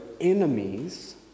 enemies